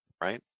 Right